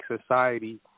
society